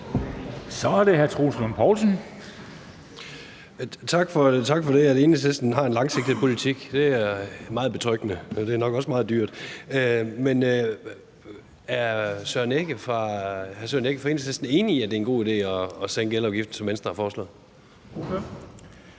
Troels Lund Poulsen (V): Tak for, at Enhedslisten har en langsigtet politik. Det er meget betryggende, og det er nok også meget dyrt. Men er hr. Søren Egge Rasmussen fra Enhedslisten enig i, at det er en god idé at sænke elafgiften, sådan som Venstre har foreslået?